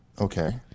Okay